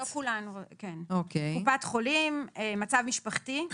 קופת חולים, מצב משפחתי.